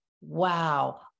Wow